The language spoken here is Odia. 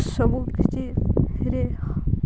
ସବୁକିଛିରେ